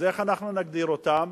אז איך אנחנו נגדיר אותם?